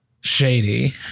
Shady